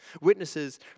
Witnesses